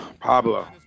Pablo